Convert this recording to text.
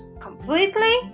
completely